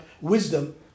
wisdom